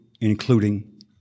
including